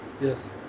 Yes